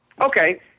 Okay